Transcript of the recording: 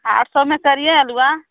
आठ सौ में करिए अलुआ